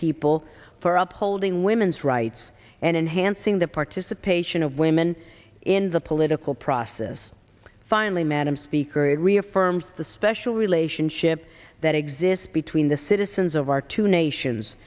people for upholding women's rights and enhanced seeing the participation of women in the political process finally madam speaker it reaffirms the special relationship that exists between the citizens of our two nations